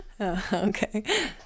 Okay